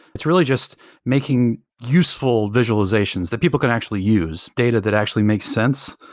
it's really just making useful visualizations that people can actually use, data that actually makes sense,